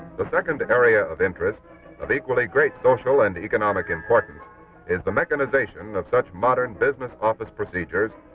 the second area of interest of equally great social and economic importance is the mechanization of such modern business office procedures,